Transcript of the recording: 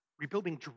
Rebuilding